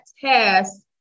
test